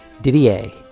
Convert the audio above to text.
didier